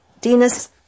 Dennis